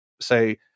say